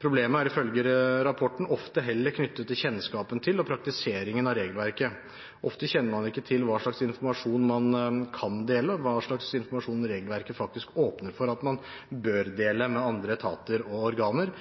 Problemet er ifølge rapporten ofte heller knyttet til kjennskapen til og praktiseringen av regelverket. Ofte kjenner man ikke til hva slags informasjon man kan dele, og hva slags informasjon regelverket faktisk åpner for at man bør dele med andre etater og organer,